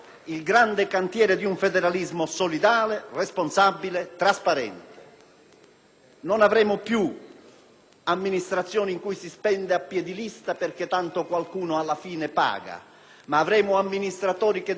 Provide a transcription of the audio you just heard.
Non avremo più amministrazioni in cui si spende a piè di lista perché tanto qualcuno alla fine paga, ma avremo amministratori che dovranno procurarsi le entrate e misurare la loro capacità di amministrare le spese perché